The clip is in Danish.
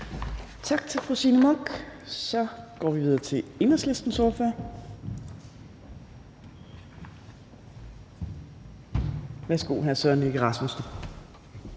Tak til fru Signe Munk. Så går vi videre til Enhedslistens ordfører. Værsgo, hr. Søren Egge Rasmussen.